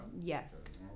yes